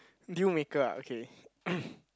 dealmaker ah okay